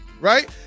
right